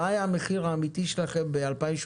מה היה המחיר האמיתי הלא מופקע שלכם ב-2019-2018?